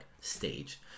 stage